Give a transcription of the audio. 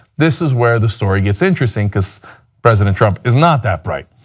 this is where the story gets interesting because president trump is not that bright.